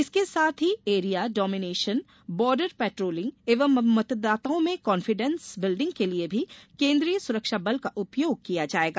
इसके साथ ही एरिया डोमिनेशन बॉर्डर पेट्रोलिंग एवं मतदाताओं में कॉन्फिडेंस बिल्डिंग के लिये भी केन्द्रीय सुरक्षा बल का उपयोग किया जाएगा